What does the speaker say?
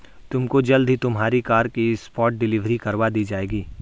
तुमको जल्द ही तुम्हारी कार की स्पॉट डिलीवरी करवा दी जाएगी